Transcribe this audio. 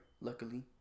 luckily